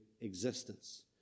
existence